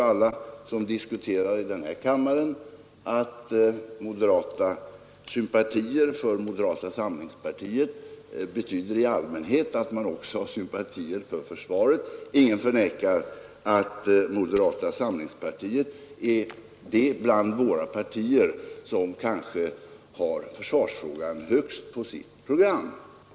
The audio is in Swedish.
Alla vi här i kammaren vet att de som har sympatier för moderata samlingspartiet i allmänhet också har sympatier för försvaret. Ingen förnekar att moderata samlingspartiet är det parti i Sverige som genom tiderna satt försvarsfrågan högst på sitt program.